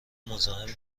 مزاحم